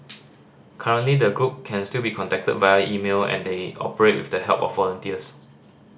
currently the group can still be contacted via email and they operate with the help of volunteers